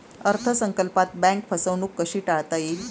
अर्थ संकल्पात बँक फसवणूक कशी टाळता येईल?